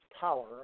power